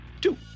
two